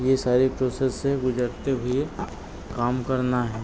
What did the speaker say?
यह सारी प्रोसेस से गुजरते हुए काम करना है